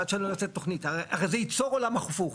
הרי, זה ייצור עולם הפוך.